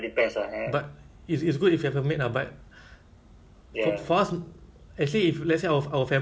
or maybe I thirty five year apply for house kan so one maid right um share our woodlands house